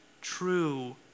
true